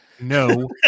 No